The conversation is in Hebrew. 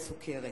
הסוכרת